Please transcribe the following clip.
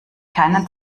keinen